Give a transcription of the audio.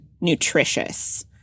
nutritious